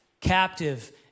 captive